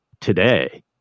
today